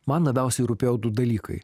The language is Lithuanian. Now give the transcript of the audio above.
man labiausiai rūpėjo du dalykai